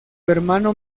hermano